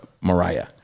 Mariah